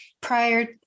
prior